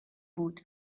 بود